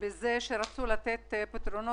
שמנוהלים על ידי נשים נשארו בלי משכורת כבר חודשיים.